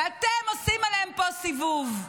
ואתם עושים עליהם פה סיבוב.